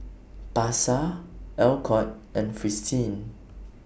Pasar Alcott and Fristine